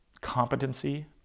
competency